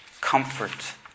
comfort